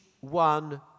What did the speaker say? one